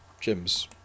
Gyms